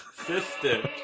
assistant